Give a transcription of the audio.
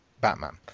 Batman